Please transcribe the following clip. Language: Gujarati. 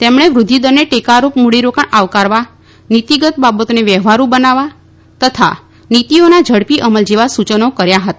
તેમણે વૃદ્વિદરને ટેકારૂપ મૂડીરોકાણ આવકારવા નીતીગત બાબતોને વ્યવહારૂ બનાવવા તથા નીતીઓના ઝડપી અલ જેવાં સૂચનો કર્યા હતા